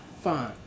fine